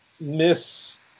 miss